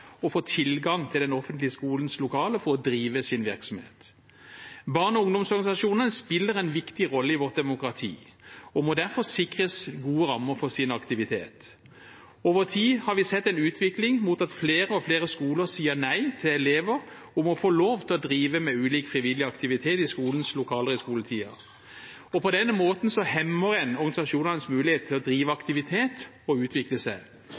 å få tilgang til den offentlige skolens lokaler for å drive sin virksomhet. Barne- og ungdomsorganisasjoner spiller en viktig rolle i vårt demokrati og må derfor sikres gode rammer for sin aktivitet. Over tid har vi sett en utvikling mot at flere og flere skoler sier nei til elever når det gjelder å få lov til å drive med ulik frivillig aktivitet i skolens lokaler i skoletiden. På denne måten hemmer en organisasjonenes mulighet til å drive aktivitet og utvikle seg.